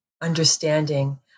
understanding